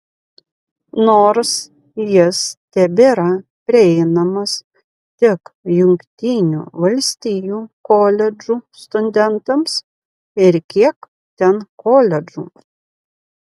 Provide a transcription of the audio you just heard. nors jis tebėra prieinamas tik jungtinių valstijų koledžų studentams ir kiek ten koledžų